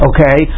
Okay